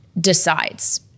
decides